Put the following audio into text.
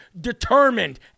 determined